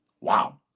Wow